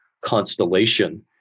constellation